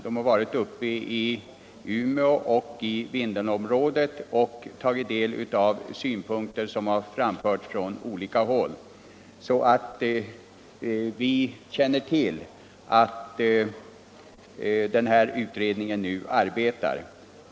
Man har varit i Umeå och i Vindelnområdet och tagit del av de synpunkter och förslag som har framförts från olika håll. Vi som är intresserade av frågan känner alltså till att en utredning arbetar.